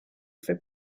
for